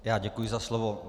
Já děkuji za slovo.